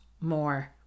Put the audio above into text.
more